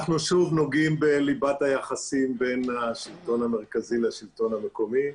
אנחנו שוב נוגעים בליבת היחסים בין השלטון המרכזי לשלטון המקומי.